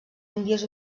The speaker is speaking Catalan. índies